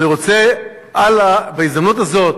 אני רוצה הלאה, בהזדמנות הזאת,